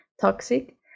toxic